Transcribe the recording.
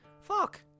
Fuck